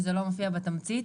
שזה לא מופיע בתמצית.